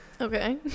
Okay